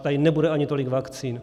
Tady nebude ani tolik vakcín.